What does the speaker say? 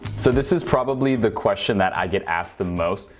so this is probably the question that i get asked the most,